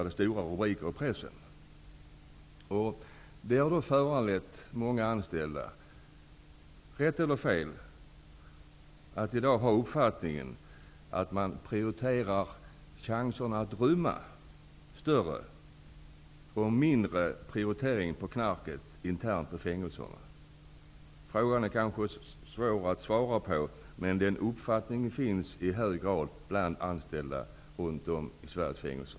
Detta har föranlett många anställda på fängelser -- rätt eller fel -- att i dag uppfatta det som att förebyggandet av rymningar prioriteras högre än bekämpningen av narkotika på fängelserna. Frågan kanske är svår att besvara, men uppfattningen finns i hög grad bland de anställda på Sveriges fängelser.